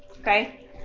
okay